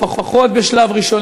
לפחות בשלב הראשון,